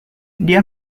dia